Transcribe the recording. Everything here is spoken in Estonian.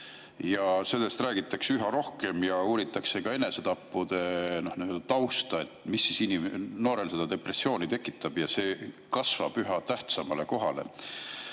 Sellest räägitakse üha rohkem ja uuritakse ka enesetappude tausta, et mis noortel depressiooni tekitab. Ja see kasvab üha tähtsamale kohale.